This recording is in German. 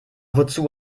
wozu